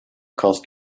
cost